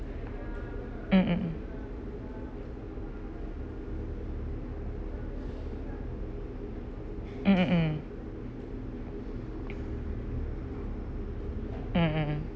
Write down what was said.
mm mm mm mm mm mm mm mm mm